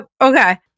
Okay